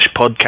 Podcast